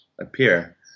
appear